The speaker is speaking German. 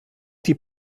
die